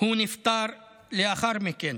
הוא נפטר לאחר מכן.